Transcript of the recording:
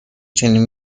چنین